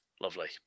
Lovely